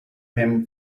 him